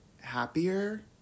happier